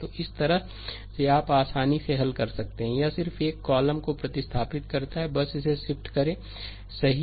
तो इस तरह से आप आसानी से हल कर सकते हैं यह सिर्फ एक कॉलम को प्रतिस्थापित करता है बस इसे शिफ्ट करें सही